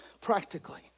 practically